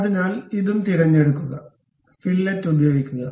അതിനാൽ ഇതും തിരഞ്ഞെടുക്കുക ഫില്ലറ്റ് ഉപയോഗിക്കുക